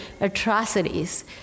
atrocities